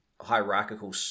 hierarchical